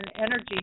energy